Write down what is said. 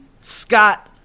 Scott